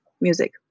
music